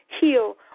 heal